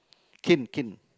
kin kin